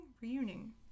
reuniting